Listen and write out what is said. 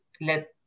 let